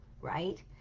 right